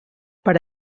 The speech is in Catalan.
per